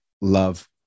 love